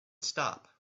stop